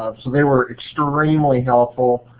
ah so they were extremely helpful.